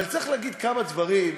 אבל צריך להגיד כמה דברים,